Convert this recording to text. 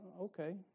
Okay